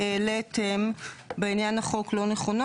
אני התעצבתי מאוד משני דברים שנאמרו פה מצד השלטון המקומי.